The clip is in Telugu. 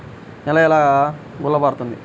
నేల ఎలా గుల్లబారుతుంది?